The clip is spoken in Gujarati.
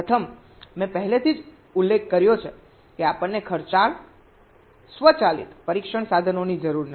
પ્રથમ મેં પહેલેથી જ ઉલ્લેખ કર્યો છે કે આપણને ખર્ચાળ સ્વચાલિત પરીક્ષણ સાધનોની જરૂર નથી